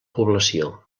població